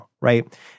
right